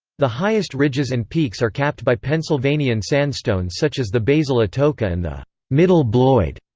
the highest ridges and peaks are capped by pennsylvanian sandstone such as the basal atoka and the middle bloyd.